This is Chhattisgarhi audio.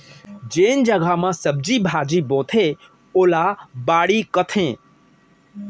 जेन जघा म सब्जी भाजी बोथें ओला बाड़ी कथें